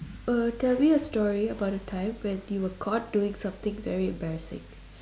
uh tell me a story about a time when you were caught doing something very embarrassing